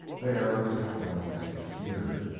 there was a groan you could hear!